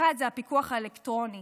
האחד זה הפיקוח האלקטרוני